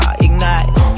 ignite